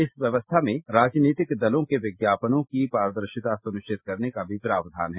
इस व्यवस्था में राजनीतिक दलों के विज्ञापनों की पारदर्शिता सुनिश्चित करने का भी प्रावधान है